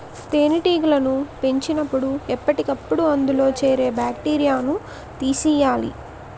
తేనెటీగలను పెంచినపుడు ఎప్పటికప్పుడు అందులో చేరే బాక్టీరియాను తీసియ్యాలి